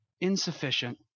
insufficient